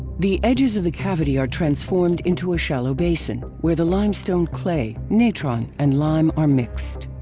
the edges of the cavity are transformed into a shallow basin, where the limestone clay, natron and lime are mixed.